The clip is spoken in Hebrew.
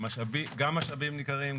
משאבים ניכרים,